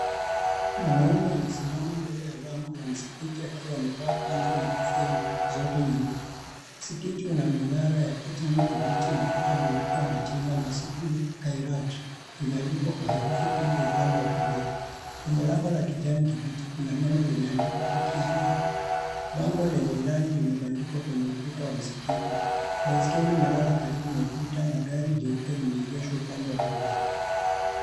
Mwanamme amesimama mbele ya lango la msikiti akiwa amevaa kanzu na kofia zote nyeupe. Msikiti una minara ya kijani kibichi na kuta nyeupe na jina MASJIDUL KHAIRAT, imeandikwa kwa herufi kubwa upande wa kulia. Kwenye lango la kijani kibichi kuna neno limeandikwa kwa kiarabu. Bango lenye ilani limebandikwa kwenye ukuta wa msikiti. Baiskeli imelala karibu na ukuta na gari jeupe limeegeshwa upande wa kulia.